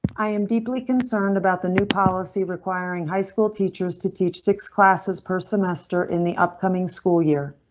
i am deeply concerned about the new policy requiring high school teachers to teach six classes per semester in the upcoming school year,